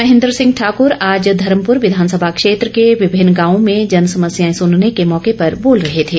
महेंद्र सिंह ठाकुर आज धर्मपुर विधानसभा क्षेत्र के विभिन्न गांवों में जनसमस्याएं सुनने के मौके पर बोल रहे थे